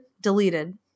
deleted